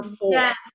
Yes